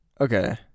Okay